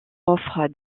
offre